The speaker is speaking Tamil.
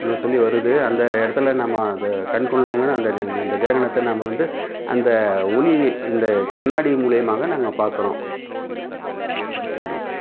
இன்னு சொல்லி வருது அந்த இடத்துல நம்ம அதை கண்ணுக்குண்டாங்கன அந்த அந்தக் கிரகணத்தை நம்ம வந்து அந்த ஒளி இந்தக் கண்ணாடி மூலயுமாக நாங்கள் பார்க்கறோம்